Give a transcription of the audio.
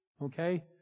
okay